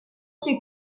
que